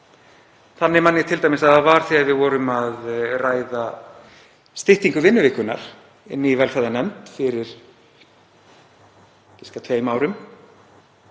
Þannig man ég t.d. að það var þegar við vorum að ræða styttingu vinnuvikunnar í velferðarnefnd fyrir tveimur árum.